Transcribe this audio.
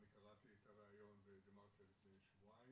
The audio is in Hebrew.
אני קראתי את הריאיון בדה מרקר לפני שבועיים,